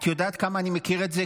את יודעת כמה אני מכיר את זה,